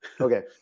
okay